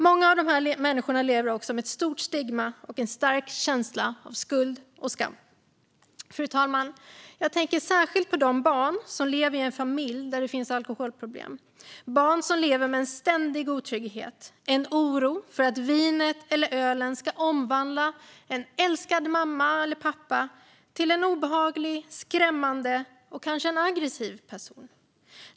Många av dessa människor lever med ett stort stigma och en stark känsla av skuld och skam. Fru talman! Jag tänker särskilt på de barn som lever i en familj där det finns alkoholproblem, barn som lever med en ständig otrygghet och en oro för att vinet eller ölen ska omvandla en älskad mamma eller pappa till en obehaglig, skrämmande och kanske aggressiv person.